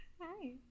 hi